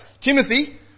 Timothy